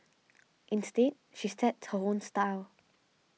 instead she sets her own style